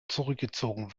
zurückgezogen